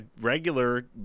regular